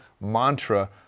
mantra